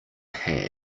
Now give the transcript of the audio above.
hand